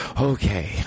Okay